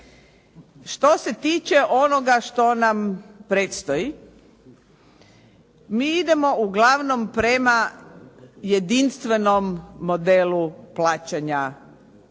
Što se tiče onoga što nam predstoji, mi idemo uglavnom prema jedinstvenom modelu plaćanja u